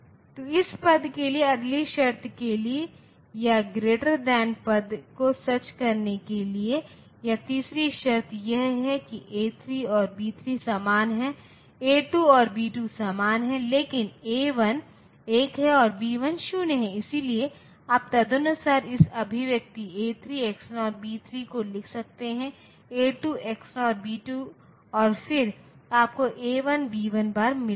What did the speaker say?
तो इस पद के लिए अगली शर्त के लिए या ग्रेटर दान पद को सच करने के लिए या तीसरी शर्त यह है कि A3 और B3 समान हैं A2 और B2 समान हैं लेकिन A1 1 है और B1 0 है इसलिए आप तदनुसार इस अभिव्यक्ति A3 XNOR B3 को लिख सकते हैं A2 XNOR B2 और फिर आपको A1 B1 बार मिला है